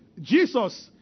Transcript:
Jesus